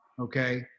Okay